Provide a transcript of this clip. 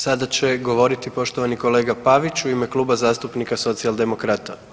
Sada će govoriti poštovani kolega Pavić u ime Kluba zastupnika Socijaldemokrata.